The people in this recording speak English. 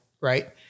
right